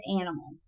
animal